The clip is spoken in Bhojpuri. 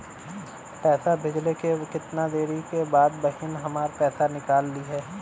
पैसा भेजले के कितना देरी के बाद बहिन हमार पैसा निकाल लिहे?